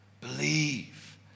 believe